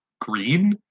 Green